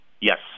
Yes